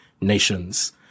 nations